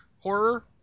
horror